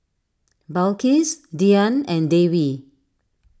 Balqis Dian and Dewi